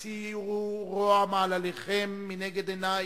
"הסירו רע מעלליכם מנגד עיני,